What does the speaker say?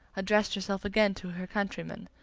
addressed herself again to her countryman.